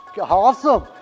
Awesome